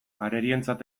arerioentzat